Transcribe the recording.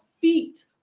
feet